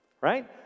right